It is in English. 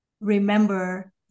Remember